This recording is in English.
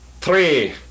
three